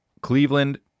Cleveland